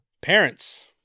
Parents